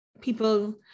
people